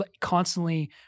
constantly